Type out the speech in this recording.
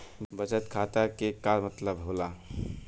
बचत खाता के का मतलब होला?